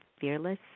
Fearless